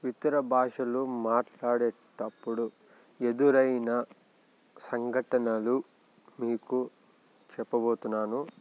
ఇతర భాషలు మాట్లాడేటప్పుడు ఎదురైన సంఘటనలు మీకు చెప్పబోతున్నాను